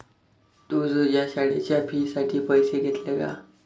तू तुझ्या शाळेच्या फी साठी पैसे घेतले का?